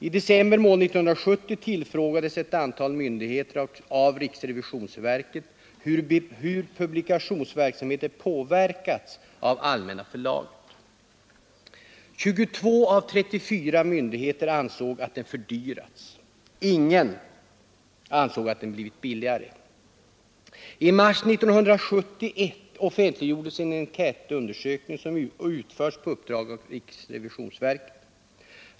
I december månad 1970 tillfrågades ett antal myndigheter av riksrevisionsverket hur publikationsverksamhet påverkas av Allmänna förlaget. 22 av 34 myndigheter ansåg att den fördyrats. Ingen ansåg att den blivit billigare. I mars 1971 offentliggjordes en enkätundersökning som utförts på uppdrag av riksrevisionsverket.